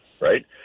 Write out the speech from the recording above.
right